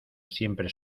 siempre